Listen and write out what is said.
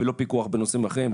ולא פיקוח בנושאים אחרים,